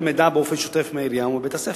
מידע באופן שוטף מהעירייה ומבית-הספר.